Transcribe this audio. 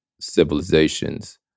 civilizations